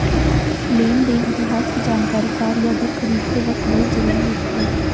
लेन देन इतिहास की जानकरी कार या घर खरीदते वक़्त बहुत जरुरी होती है